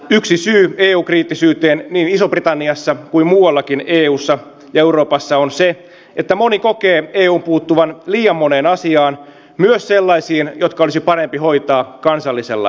yksi syy eu kriittisyyteen niin iso britanniassa kuin muuallakin eussa ja euroopassa on se että moni kokee eun puuttuvan liian moneen asiaan myös sellaisiin jotka olisi parempi hoitaa kansallisella tasolla